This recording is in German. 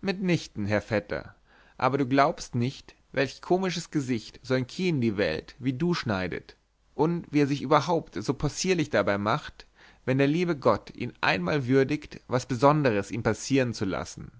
mitnichten herr vetter aber du glaubst nicht welch komisches gesicht solch ein kiekindiewelt wie du schneidet und wie er sich überhaupt so possierlich dabei macht wenn der liebe gott ihn einmal würdigt was besonderes ihm passieren zu lassen